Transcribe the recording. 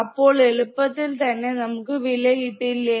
അപ്പോൾ എളുപ്പത്തിൽ തന്നെ നമുക്ക് വില കിട്ടില്ലേ